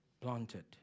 Planted